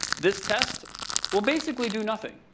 this test will basically do nothing.